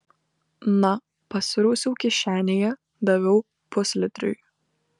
na pasirausiau kišenėje daviau puslitriui